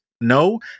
No